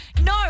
No